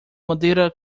madeira